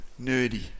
nerdy